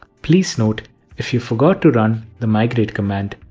please note if you forgot to run the migrate command,